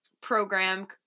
program